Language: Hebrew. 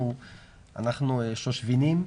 אנחנו שושבינים,